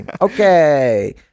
Okay